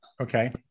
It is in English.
Okay